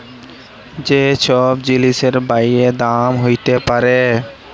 যে ছব জিলিসের বাইড়ে দাম হ্যইতে পারে